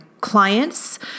clients